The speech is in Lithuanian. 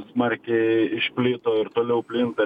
smarkiai išplito ir toliau plinta